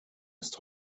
ist